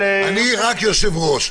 רק יושב-ראש,